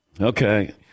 Okay